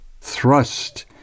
thrust